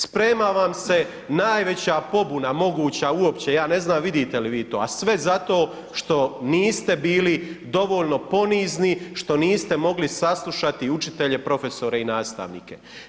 Sprema vam se najveća pobuna moguća uopće, ja ne znam vidite li vi to, a sve zato što niste bili dovoljno ponizni, što niste mogli saslušati učitelje, profesore i nastavnike.